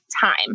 time